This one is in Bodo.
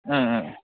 ओम ओम